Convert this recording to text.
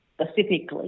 specifically